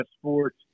sports